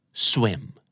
Swim